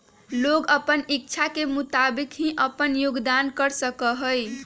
लोग अपन इच्छा के मुताबिक ही अपन योगदान कर सका हई